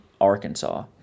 Arkansas